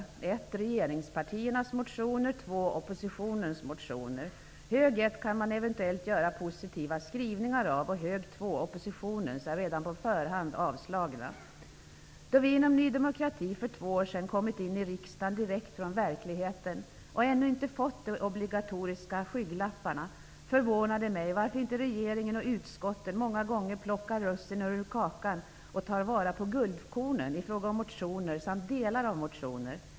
Det finns en hög för regeringspartiernas motioner och en för oppositionens motioner. Av motionerna i den första högen kan man eventuellt åstadkomma positiva skrivningar, och motionerna i den andra högen -- oppositionens -- är redan på förhand avslagna. Då vi inom Ny demokrati för två år sedan kom in i riksdagen direkt från verkligheten och ännu inte hade fått de obligatoriska skygglapparna, förvånade det mig varför inte regeringen och utskotten plockar russinen ur kakan och tar vara på guldkornen i motionerna.